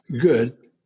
good